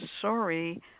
sorry